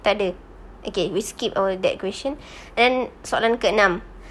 tak ada okay we skip all that question then soalan keenam